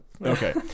Okay